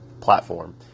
platform